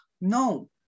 No